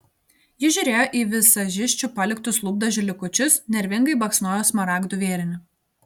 ji žiūrėjo į vizažisčių paliktus lūpdažių likučius nervingai baksnojo smaragdų vėrinį